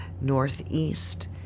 northeast